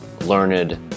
learned